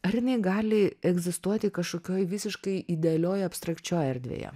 ar jinai gali egzistuoti kažkokioj visiškai idealioj abstrakčioj erdvėje